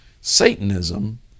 Satanism